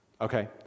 okay